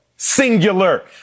Singular